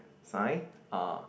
sign uh